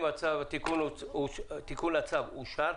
הצבעה אושר התיקון לצו אושר.